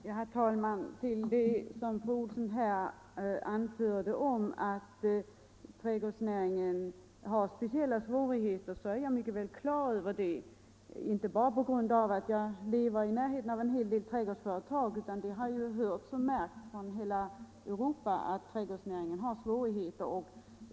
Herr talman! Jag är mycket klar över att, som fru Olsson i Helsingborg här anförde, trädgårdsnäringen har speciella svårigheter. Det är inte bara på grund av att jag lever i närheten av en hel del trädgårdsföretag, utan det har hörts från hela Europa att trädgårdsnäringen har svårigheter.